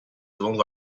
vendre